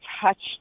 touched